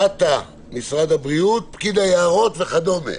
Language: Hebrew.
רת"א, משרד הבריאות, פקיד היערות וכדומה